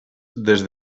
des